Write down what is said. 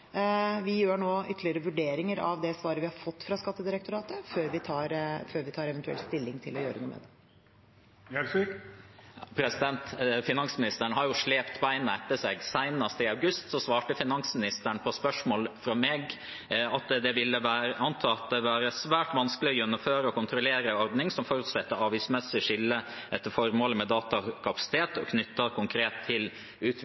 Vi gjør nå ytterligere vurderinger av det svaret vi har fått fra Skattedirektoratet, før vi eventuelt tar stilling til å gjøre noe mer. Finansministeren har jo slept beina etter seg – senest i august svarte finansministeren på spørsmål fra meg at det antakelig ville være svært vanskelig å gjennomføre og kontrollere en ordning som forutsetter et avgiftsmessig skille etter formålet med datakapasitet knyttet konkret til